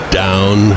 down